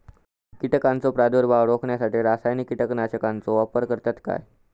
कीटकांचो प्रादुर्भाव रोखण्यासाठी रासायनिक कीटकनाशकाचो वापर करतत काय?